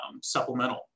supplemental